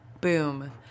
Boom